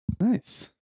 Nice